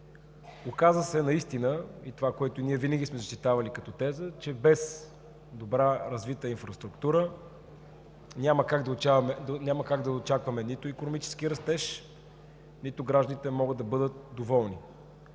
Оказа се наистина това, което ние винаги сме защитавали като теза, че без добра развита инфраструктура няма как да очакваме нито икономически растеж, нито гражданите могат да бъдат доволни.